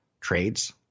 trades